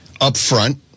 Upfront